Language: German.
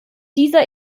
dieser